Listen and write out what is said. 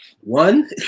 one